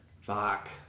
fuck